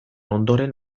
ondoren